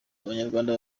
abanyarwanda